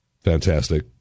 Fantastic